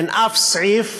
אין שום סעיף